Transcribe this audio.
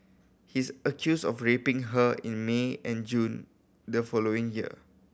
he's accused of raping her in May and June the following year